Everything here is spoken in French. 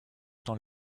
dans